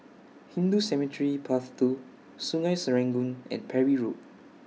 Hindu Cemetery Path two Sungei Serangoon and Parry Road